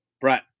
Brett